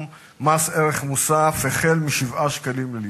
מס ערך מוסף החל מ-7 שקלים לליטר.